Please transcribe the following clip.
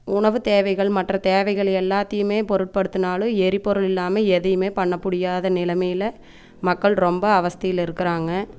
உணவு தேவைகள் மற்ற தேவைகள் எல்லாத்தையுமே பொருட்படுத்தினாலும் எரிபொருள் இல்லாமல் எதையுமே பண்ண முடியாத நிலமையில் மக்கள் ரொம்ப அவஸ்தையில இருக்கிறாங்க